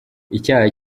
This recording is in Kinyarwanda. icyaha